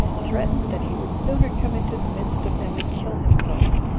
threatened that he would sooner come into the midst of them and kill himself,